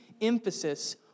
emphasis